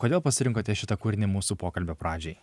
kodėl pasirinkote šitą kūrinį mūsų pokalbio pradžiai